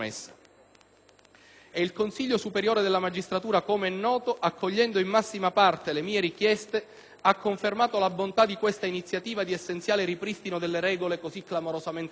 E il Consiglio superiore della magistratura - com'è noto - accogliendo in massima parte le mie richieste, ha confermato la bontà di questa iniziativa di essenziale ripristino delle regole così clamorosamente violate.